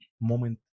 moment